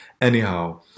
Anyhow